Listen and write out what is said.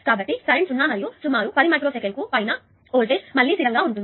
కాబట్టి కరెంట్ 0 మరియు సుమారు 10 మైక్రో సెకనుకు పైన వోల్టేజ్ మళ్ళీ స్థిరంగా ఉంటుంది